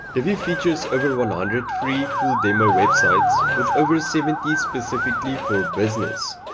divi features over one hundred free full demo websites with over seventy specifically for business.